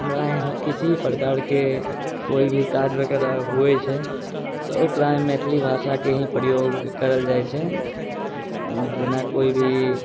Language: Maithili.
हमरा यहाँ किसी भी प्रकारके कोई भी काज वगैरह होइ छै तऽ ओकरामे मैथिली भाषाके ही प्रयोग करल जाइ छै जेना कोई भी